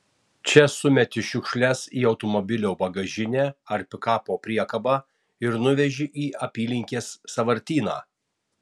čia sumeti šiukšles į automobilio bagažinę ar pikapo priekabą ir nuveži į apylinkės sąvartyną